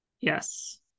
Yes